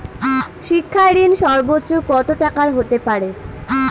শিক্ষা ঋণ সর্বোচ্চ কত টাকার হতে পারে?